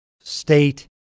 state